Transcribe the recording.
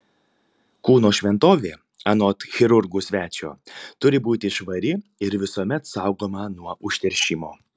kūno šventovė anot chirurgų svečio turi būti švari ir visuomet saugoma nuo užteršimo